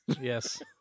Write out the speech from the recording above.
Yes